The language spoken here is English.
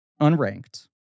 unranked